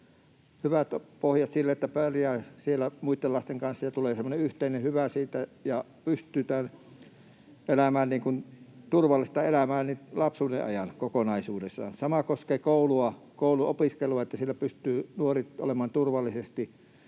hyvät pohjat sille, että pärjää siellä muitten lasten kanssa ja tulee semmoinen yhteinen hyvä siitä ja pystyy elämään turvallista elämää lapsuuden ajan kokonaisuudessaan. Sama koskee koulua, niin että siellä pystyy nuori opiskelemaan turvallisesti.